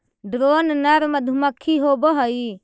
drone नर मधुमक्खी होवअ हई